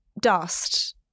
dust